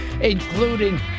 including